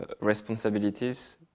responsibilities